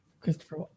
Christopher